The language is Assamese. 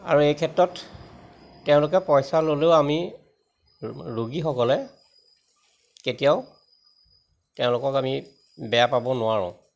আৰু এই ক্ষেত্ৰত তেওঁলোকে পইচা ল'লেও আমি ৰোগীসকলে কেতিয়াও তেওঁলোকক আমি বেয়া পাব নোৱাৰোঁ